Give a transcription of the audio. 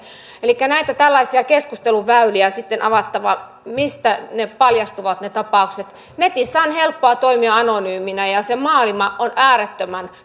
elikkä näitä tällaisia keskusteluväyliä on sitten avattava mistä paljastuvat ne tapaukset netissä on helppoa toimia anonyyminä ja se maailma on äärettömän